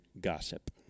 gossip